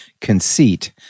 conceit